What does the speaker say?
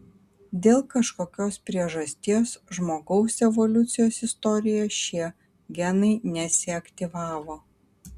dėl kažkokios priežasties žmogaus evoliucijos istorijoje šie genai nesiaktyvavo